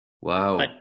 Wow